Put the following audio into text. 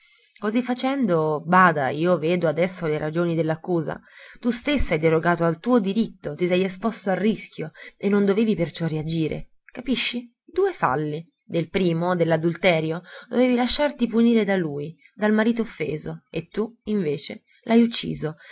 così facendo bada io vedo adesso le ragioni dell'accusa tu stesso hai derogato al tuo diritto ti sei esposto al rischio e non dovevi perciò reagire capisci due falli del primo dell'adulterio dovevi lasciarti punire da lui dal marito offeso e tu invece l'hai ucciso